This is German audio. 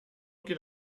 geht